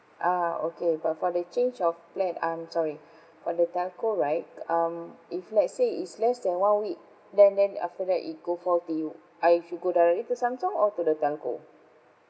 ah okay but for the change of plan um sorry for the telco right um if let's say it's less than one week then then after that you go for the uh if you go directly to samsung or to the telco